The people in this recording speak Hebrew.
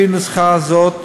לפי נוסחה זאת,